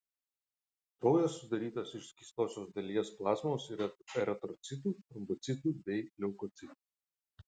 kraujas sudarytas iš skystosios dalies plazmos ir eritrocitų trombocitų bei leukocitų